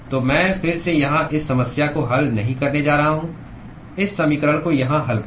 तो मैं फिर से यहाँ इस समस्या को हल नहीं करने जा रहा हूँ इस समीकरण को यहाँ हल करें